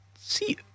See